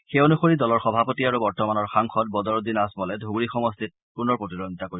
সেই অনূসৰি দলৰ সভাপতি আৰু বৰ্তমানৰ সাংসদ বদৰুদ্দিন আজমলে ধুবুৰী সমষ্টিত পুনৰ প্ৰতিদ্বন্দ্বিতা কৰিব